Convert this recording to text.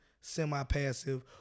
semi-passive